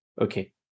Okay